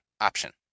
option